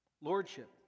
lordship